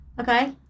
Okay